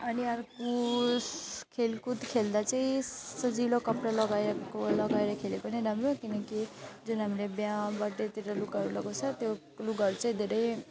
अनि अर्को खेलकुद खेल्दा चाहिँ सजिलो कपडा लगाएको लगाएर खेलेको नै राम्रो किनकि जुन हामीले बिहा बर्थडेतिर लुगा लगाउँछ त्यो लुगाहरू चाहिँ धेरै